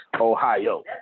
Ohio